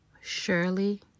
Surely